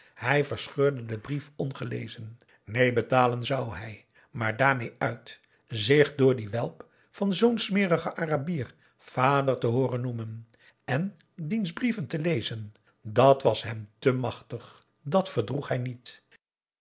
hij verscheurde den brief ongelezen neen betalen zou hij maar daarmee uit zich door dien welp van zoo'n smerigen arabier vader te hooren noemen en diens brieven te lezen dàt was hem te machtig dàt verdroeg hij niet